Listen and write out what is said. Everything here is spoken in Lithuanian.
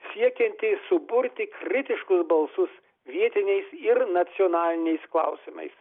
siekianti suburti kritiškus balsus vietiniais ir nacionaliniais klausimais